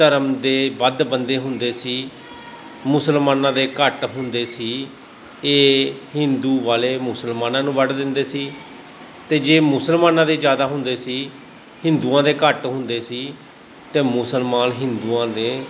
ਧਰਮ ਦੇ ਵੱਧ ਬੰਦੇ ਹੁੰਦੇ ਸੀ ਮੁਸਲਮਾਨਾਂ ਦੇ ਘੱਟ ਹੁੰਦੇ ਸੀ ਇਹ ਹਿੰਦੂ ਵਾਲੇ ਮੁਸਲਮਾਨਾਂ ਨੂੰ ਵੱਢ ਦਿੰਦੇ ਸੀ ਅਤੇ ਜੇ ਮੁਸਲਮਾਨਾਂ ਦੇ ਜ਼ਿਆਦਾ ਹੁੰਦੇ ਸੀ ਹਿੰਦੂਆਂ ਦੇ ਘੱਟ ਹੁੰਦੇ ਸੀ ਤਾਂ ਮੁਸਲਮਾਨ ਹਿੰਦੂਆਂ ਦੇ